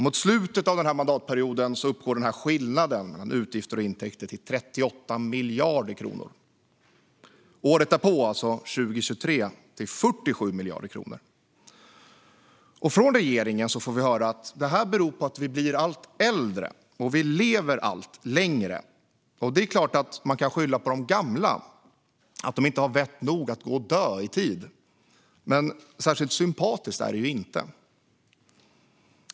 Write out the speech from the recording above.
Mot slutet av denna mandatperiod uppgår skillnaden mellan utgifter och intäkter till 38 miljarder kronor. Året därpå, 2023, uppgår den till 47 miljarder kronor. Från regeringen får vi höra att detta beror på att vi blir allt äldre och att vi lever allt längre. Det är klart att man kan skylla på de gamla, att de inte har vett nog att gå och dö i tid. Men särskilt sympatiskt är det inte.